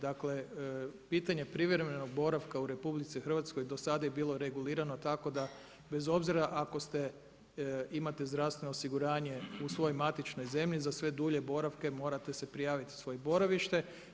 Dakle pitanje privremenog boravka u RH do sada je bilo regulirano tako da bez obzira ako ste imate zdravstveno osiguranje u svojoj matičnoj zemlji, za sve dulje boravke morate prijaviti svoje boravište.